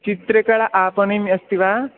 चित्रकला आपणम् अस्ति वा